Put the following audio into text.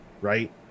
Right